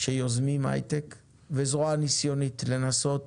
שיוזמים היי-טק וזרוע ניסיונית, לנסות